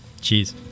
cheers